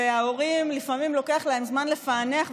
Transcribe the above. וההורים, לפעמים לוקח להם זמן לפענח.